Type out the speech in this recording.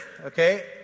okay